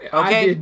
okay